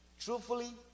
truthfully